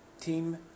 Team